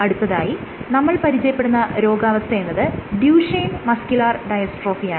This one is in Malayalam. അടുത്തതായി നമ്മൾ പരിചയപ്പെടുന്ന രോഗാവസ്ഥയെന്നത് ഡൂഷെയ്ൻ മസ്ക്യൂലർ ഡയസ്ട്രോഫിയാണ്